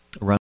run